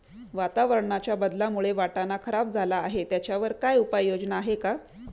वातावरणाच्या बदलामुळे वाटाणा खराब झाला आहे त्याच्यावर काय उपाय आहे का?